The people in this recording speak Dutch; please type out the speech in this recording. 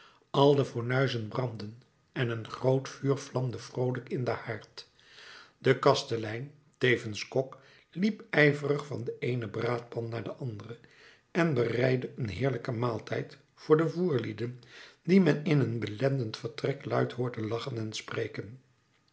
al de fornuizen brandden en een groot vuur vlamde vroolijk in den haard de kastelein tevens kok liep ijverig van de eene braadpan naar de andere en bereidde een heerlijken maaltijd voor de voerlieden die men in een belendend vertrek luid hoorde lachen en spreken